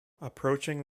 approaching